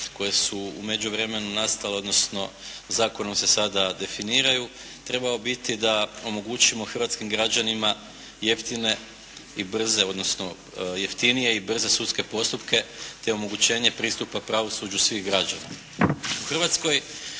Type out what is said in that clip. koje su u međuvremenu nastale odnosno zakonom se sada definiraju trebao biti da omogućimo hrvatskim građanima jeftine i brze odnosno jeftinije i brze sudske postupke te omogućenje pristupa pravosuđu svih građana.